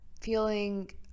feeling